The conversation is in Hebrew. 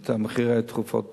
את מחירי התרופות בארץ,